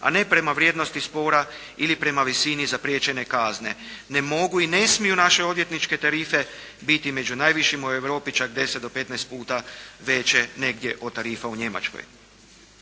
a ne prema vrijednosti spora ili prema visini zapriječene kazne. Ne mogu i ne smiju naše odvjetničke tarife biti među najvišima u Europi, čak 10 do 15 puta veće negdje od tarifa u Njemačkoj.